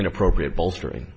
in appropriate bolstering